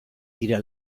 dira